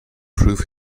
prove